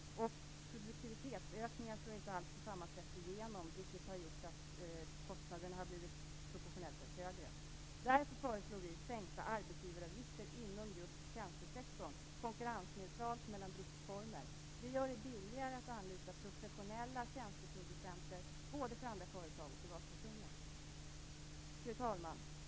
Produktivitetsökningar slår inte alls på samma sätt igenom, vilket har gjort att kostnaderna har blivit proportionellt sett högre. Därför föreslår vi sänkta arbetsgivaravgifter inom just tjänstesektorn, konkurrensneutralt mellan driftsformer. Det gör det billigare att anlita professionella tjänsteproducenter både för andra företag och för privatpersoner. Fru talman!